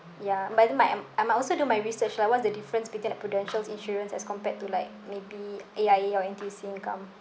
ya but th~ my I I might also do my research lah what's the difference between like Prudential insurance as compared to like maybe A_I_A or N_T_U_C income